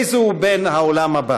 איזהו בן העולם הבא?